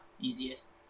easiest